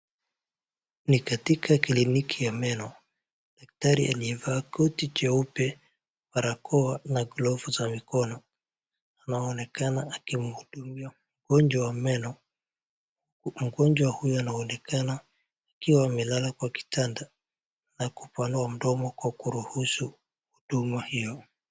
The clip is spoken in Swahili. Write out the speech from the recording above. Ni katika kliniki ya meno, daktari aliyevaa koti jeupe, barakoa na glavu za mkono anaonekana akimhudumia mgonjwa wa meno. Mgonjwa huyo anaonekana akiwa amelala kwa kitanda na kupanua mdomo kwa kuruhusu huduma hiyo.